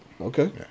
Okay